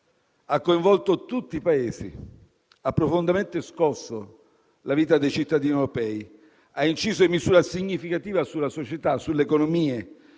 Ha coinvolto tutti i Paesi; ha profondamente scosso la vita dei cittadini europei; ha inciso in misura significativa sulla società, sulle economie,